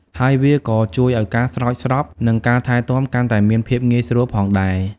ហើយវាក៏ជួយឱ្យការស្រោចស្រព និងការថែទាំកាន់តែមានភាពងាយស្រួលផងដែរ។